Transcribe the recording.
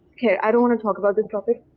yeah i don't want to talk about this topic.